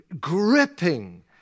gripping